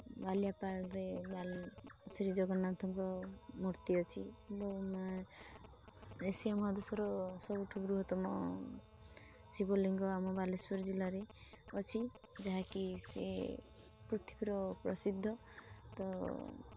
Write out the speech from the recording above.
ବାଲିଆପାଳରେ ଶ୍ରୀ ଜଗନ୍ନାଥଙ୍କ ମୂର୍ତ୍ତି ଅଛି ବହୁ ଏସିଆ ମହାଦେଶର ସବୁଠୁ ବୃହତ୍ତମ ଶିବଲିଙ୍ଗ ଆମ ବାଲେଶ୍ୱର ଜିଲ୍ଲାରେ ଅଛି ଯାହାକି ସେ ପୃଥିବୀର ପ୍ରସିଦ୍ଧ ତ